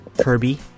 Kirby